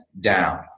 down